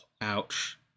Ouch